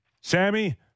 sammy